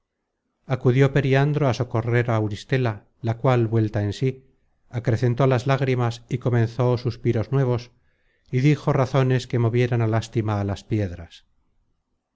acudió periandro á socorrer á auristela la cual vuelta en sí acrecentó las lágrimas y comenzó suspiros nuevos y dijo razones que movieran á lástima á las piedras